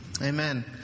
Amen